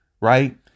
right